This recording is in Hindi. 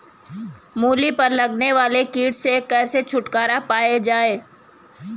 मूली पर लगने वाले कीट से कैसे छुटकारा पाया जाये?